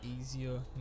easier